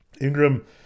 Ingram